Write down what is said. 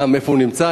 גם איפה הוא נמצא,